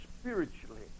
spiritually